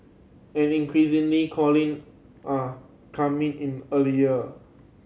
and increasingly calling are coming in earlier